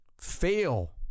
fail